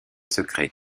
secret